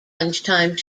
lunchtime